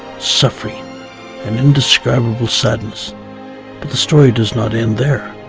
suffering and indescribable sadness. but the story does not end there.